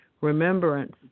remembrance